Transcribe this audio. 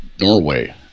norway